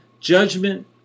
judgment